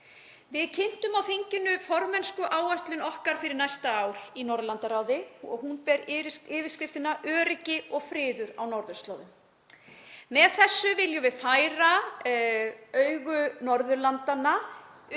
Við kynntum á þinginu formennskuáætlun okkar fyrir næsta ár í Norðurlandaráði og hún ber yfirskriftina Öryggi og friður á norðurslóðum. Með þessu viljum við færa augu Norðurlandanna